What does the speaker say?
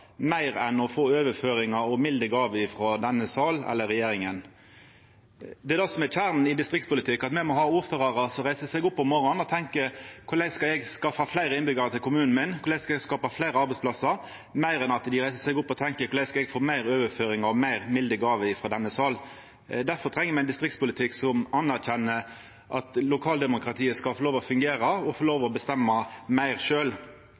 meir enn å få overføringar og milde gåver frå denne sal eller regjeringa. Det er det som er kjernen i distriktspolitikk, at me må ha ordførarar som reiser seg opp om morgonen og tenkjer: Korleis skal eg skaffa fleire innbyggjarar til kommunen min, korleis skal eg skapa fleire arbeidsplassar?, meir enn at dei reiser seg opp og tenkjer: Korleis skal eg få fleire overføringar og fleire milde gåver frå denne sal? Difor treng me ein distriktspolitikk som anerkjenner at lokaldemokratiet skal få lov til å fungera og få lov til å bestemma meir